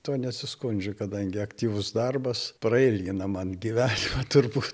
tuo nesiskundžiu kadangi aktyvus darbas prailgina man gyvenimą turbūt